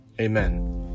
Amen